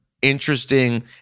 interesting